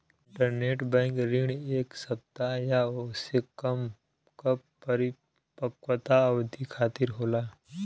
interbank ऋण एक सप्ताह या ओसे कम क परिपक्वता अवधि खातिर होला